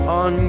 on